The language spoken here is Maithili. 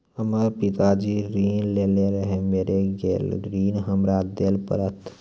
हमर पिताजी ऋण लेने रहे मेर गेल ऋण हमरा देल पड़त?